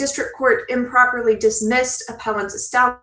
district court improperly dismissed a punch to stop